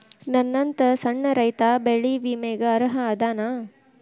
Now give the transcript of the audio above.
ನನ್ನಂತ ಸಣ್ಣ ರೈತಾ ಬೆಳಿ ವಿಮೆಗೆ ಅರ್ಹ ಅದನಾ?